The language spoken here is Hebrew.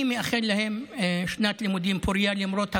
אני מאחל להם שנת לימודים פורייה למרות הקושי,